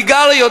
סיגריות,